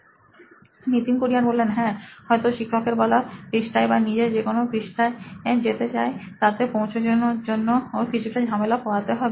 Nitin Kurien C O O নোইন ইলেক্ট্রনিক্সহ্যাঁ হয়তো শিক্ষকের বলা পৃষ্ঠায় বা নিজে যে পৃষ্ঠায় যেতে চায় তাতে পৌঁছনোর জন্য ওকে কিছু টা ঝামেলা পোহাতে হবে